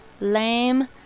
lame